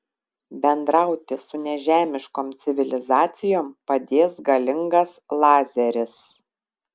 bendrauti su nežemiškom civilizacijom padės galingas lazeris